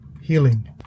Healing